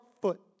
foot